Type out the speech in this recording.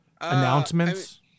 announcements